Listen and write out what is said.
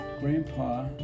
Grandpa